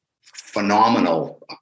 phenomenal